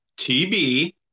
TB